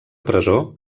presó